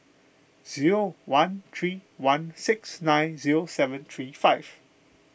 zero one three one six nine zero seven three five